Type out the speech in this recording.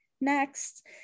next